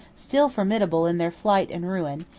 still formidable in their flight and ruin,